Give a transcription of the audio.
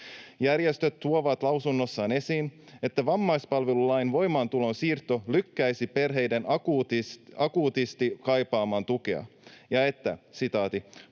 Järjestöt tuovat lausunnossaan esiin, että vammaispalvelulain voimaantulon siirto lykkäisi perheiden akuutisti kaipaamaa tukea ja että